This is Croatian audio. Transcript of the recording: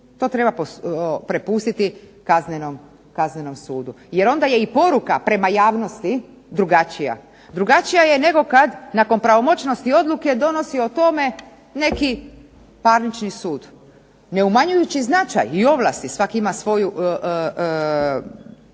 To treba prepustiti kaznenom sudu. Jer onda je i poruka prema javnosti drugačija. Drugačija je nego kad nakon pravomoćnosti odluke donosi o tome neki parnični sud ne umanjujući značaj i ovlasti, svak' ima svoju